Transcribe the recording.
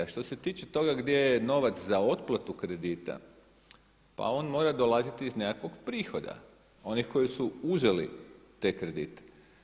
A što se tiče toga gdje je novac za otplatu kredita, pa on mora dolaziti iz nekakvog prihoda, onih koji su uzeli te kredite.